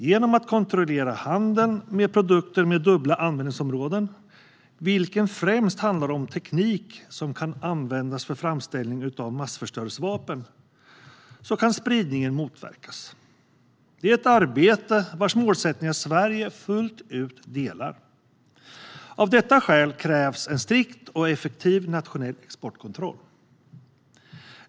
Genom att kontrollera handeln med produkter med dubbla användningsområden, vilken främst handlar om teknik som kan användas för framställning av massförstörelsevapen, kan spridningen motverkas. Det är ett arbete vars målsättningar Sverige fullt ut delar. Av detta skäl krävs en strikt och effektiv nationell exportkontroll.